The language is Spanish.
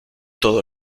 todo